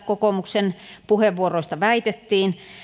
kokoomuksen puheenvuoroissa väitettiin